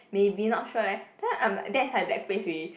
maybe not sure leh then I'm like that's like black face already